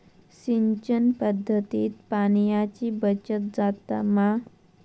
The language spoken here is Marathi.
सिंचन पध्दतीत पाणयाची बचत जाता मा?